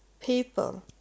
people